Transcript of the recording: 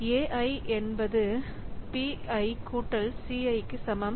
ai என்பது bi கூட்டல் ciக்கு சமம்